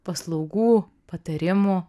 paslaugų patarimų